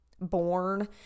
born